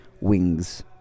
wings